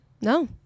No